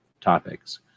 topics